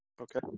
okay